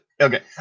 okay